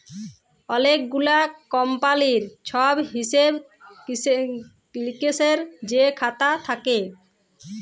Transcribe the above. অলেক গুলা কমপালির ছব হিসেব লিকেসের যে খাতা থ্যাকে